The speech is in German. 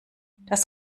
das